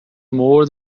more